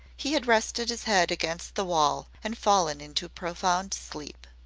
he had rested his head against the wall and fallen into profound sleep.